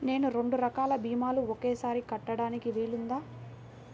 నేను రెండు రకాల భీమాలు ఒకేసారి కట్టడానికి వీలుందా?